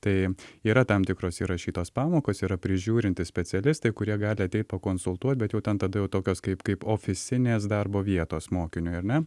tai yra tam tikros įrašytos pamokos yra prižiūrintys specialistai kurie gali ateit pakonsultuot bet jau tada tokios kaip kaip oficinės darbo vietos mokiniui ar ne